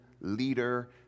leader